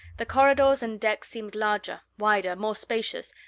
the corridors and decks seemed larger, wider, more spacious,